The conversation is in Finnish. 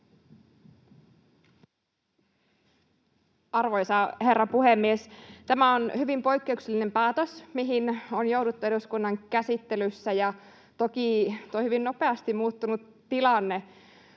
Arvoisa herra puhemies! Tämä on hyvin poikkeuksellinen päätös, mihin on jouduttu eduskunnan käsittelyssä. Ja toki tuo hyvin nopeasti muuttunut tilanne